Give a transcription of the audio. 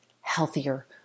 healthier